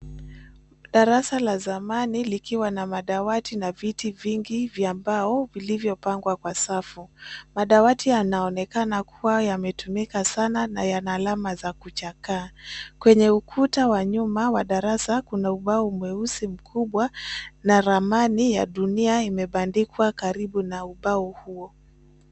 Darasa la zamani likiwa na madawati na viti vingi vya mbao vilivyopangwa kwa safu. Madawati yanaonekana kuwa yametumika sana na yana alama za kuchaka. Kwenye ukuta wa nyuma wa darasa kuna ubao mweupe na ramani ya dunia imebandikwa karibu na ubao huo.